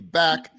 back